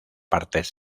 partes